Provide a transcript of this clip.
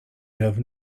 have